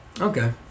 Okay